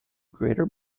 greater